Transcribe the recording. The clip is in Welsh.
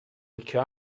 licio